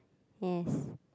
yes